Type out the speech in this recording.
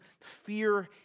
fear